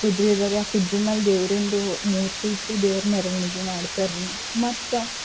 ಕುದುರೆ ಇದೆರಿ ಆ ಕುದುರೆ ಮೇಲೆ ದೇವ್ರದು ಮೂರ್ತಿ ಇಟ್ಟು ದೇವ್ರ ಮೆರವಣ್ಗೆ ಮಾಡ್ತಾರೆ ರೀ ಮತ್ತು